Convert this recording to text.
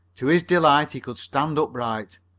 to his delight he could stand upright,